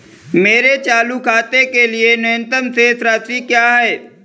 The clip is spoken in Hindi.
मेरे चालू खाते के लिए न्यूनतम शेष राशि क्या है?